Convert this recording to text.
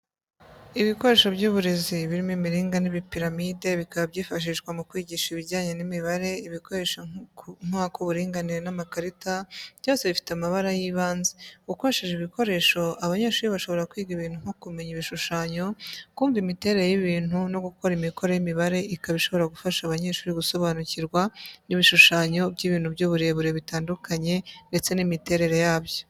Ibikoresho by'uburezi, birimo imiringa, n'ibipiramide, bikaba byifashishwa mu kwigisha ibijyanye n'imibare. Ibikoresho nka nk'uburinganire, n'amakarita, byose bifite amabara y'ibanze. Ukoresheje ibi bikoresho, abanyeshuri bashobora kwiga ibintu nkO kumenya ibishushanyo, kumva imiterere y'ibintu, no gukora imikoro y'imibare ikaba ishobora gufasha abanyeshuri gusobanukirwa n'ibishushanyo by'ibintu by'uburebure bitandukanye ndetse n'imiterere yabyo.